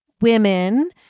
women